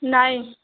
ନାହିଁ